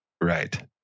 Right